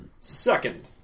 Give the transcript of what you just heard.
Second